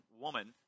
woman